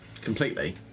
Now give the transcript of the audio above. Completely